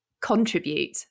contribute